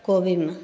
कोबीमे